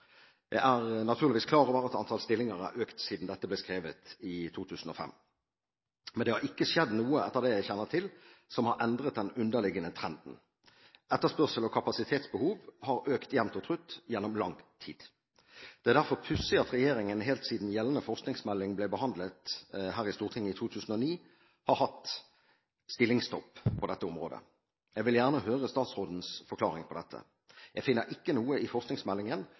Jeg er naturligvis klar over at antall stillinger har økt siden dette ble skrevet i 2005. Men det har ikke skjedd noe, etter det jeg kjenner til, som har endret den underliggende trenden. Etterspørsel og kapasitetsbehov har økt jevnt og trutt gjennom lang tid. Det er derfor pussig at regjeringen helt siden gjeldende forskningsmelding ble behandlet her i Stortinget i 2009, har hatt «stillingsstopp» på dette området. Jeg vil gjerne høre statsrådens forklaring på dette. Jeg finner ikke noe i forskningsmeldingen